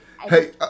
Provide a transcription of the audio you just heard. Hey